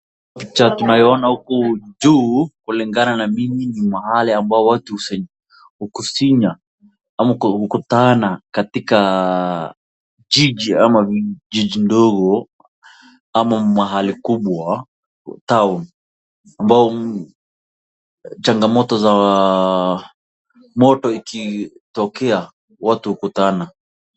Picha tunayoona huku juu ,kulingana na mimi ni mahali ambayo watu hukusinya au hukutana katika jiji au jiji ndogo ama mahali kubwa town ambao changamoto za moto ikitokea watu hukutana.